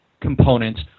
components